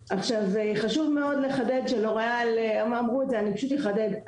חשוב לחדד שלוריאל אמרו את זה, אני פשוט אחדד.